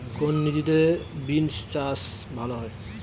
কোন ঋতুতে বিন্স চাষ ভালো হয়?